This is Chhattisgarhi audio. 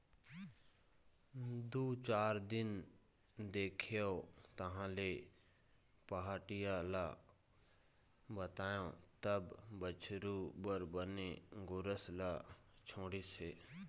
दू चार दिन देखेंव तहाँले पहाटिया ल बताएंव तब बछरू बर बने गोरस ल छोड़िस हे